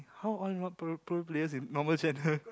how are not pro pro player in normal channel